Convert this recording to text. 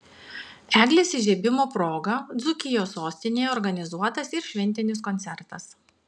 eglės įžiebimo proga dzūkijos sostinėje organizuotas ir šventinis koncertas